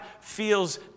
feels